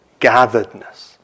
gatheredness